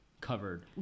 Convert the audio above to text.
covered